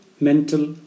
mental